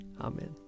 Amen